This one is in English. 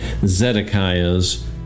Zedekiah's